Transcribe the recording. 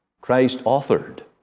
Christ-authored